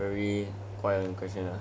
okay a cao kuan question lah